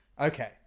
Okay